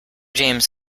james